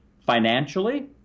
financially